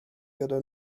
gyda